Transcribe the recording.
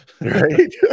Right